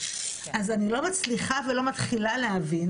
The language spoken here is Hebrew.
אז אני לא מצליחה ולא מתחילה להבין,